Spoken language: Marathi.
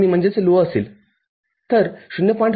आणि भार गेटसाठी जेव्हा ते उच्च असेलते किती विद्युतधारा खेचत असेल